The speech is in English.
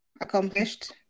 Accomplished